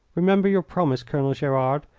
remember your promise, colonel gerard.